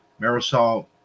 Marisol